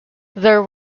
there